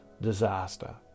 disaster